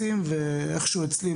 בבקשה.